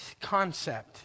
concept